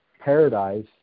paradise